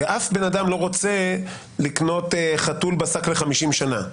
כי אף בן אדם לא רוצה לקנות חתול בשק ל-50 שנה.